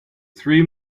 three